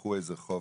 ששכחו איזה חוב,